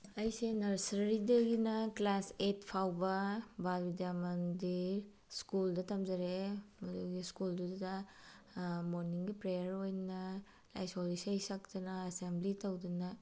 ꯑꯩꯁꯦ ꯅꯔꯁꯔꯤꯗꯒꯤꯅ class eight ꯐꯥꯎꯕ ꯕꯥꯜ ꯕꯤꯗ꯭ꯌꯥ ꯃꯟꯗꯤꯔ ꯁ꯭ꯀꯨꯜꯗ ꯇꯝꯖꯔꯛꯑꯦ ꯃꯗꯨꯒꯤ ꯁ꯭ꯀꯨꯜꯗꯨꯗ ꯃꯣꯔꯅꯤꯡꯒꯤ ꯄ꯭ꯔꯦꯌꯔ ꯑꯣꯏꯅ ꯂꯥꯏꯁꯣꯟ ꯏꯁꯩ ꯁꯛꯇꯅ ꯑꯦꯁꯦꯝꯕ꯭ꯂꯤ ꯇꯧꯗꯅ